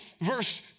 verse